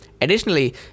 Additionally